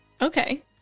Okay